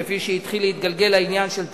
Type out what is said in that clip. כפי שהתחיל להתגלגל העניין של פשרות,